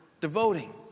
devoting